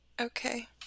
Okay